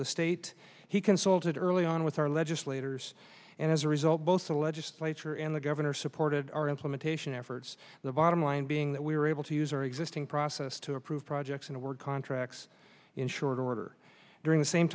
the state he consulted early on with our legislators and as a result both the legislature and the governor supported our implementation efforts the bottom line being that we were able to use our existing process to approve projects in a word contracts in short order during the same